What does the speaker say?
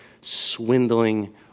swindling